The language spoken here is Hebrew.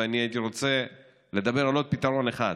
ואני הייתי רוצה לדבר על עוד פתרון אחד.